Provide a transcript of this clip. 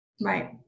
Right